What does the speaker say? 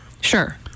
Sure